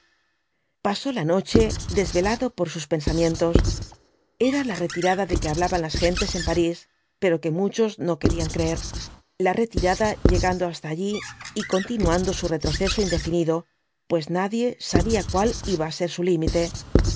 pasó la noche desvelado por sus pensamientos era la retirada de que hablaban las gentes en parís pero que muchos no querían creer la retirada llegando hasta allí y continuando su retroceso indefinido pues nadie sabía cuál iba á ser su límite